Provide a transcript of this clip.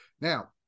Now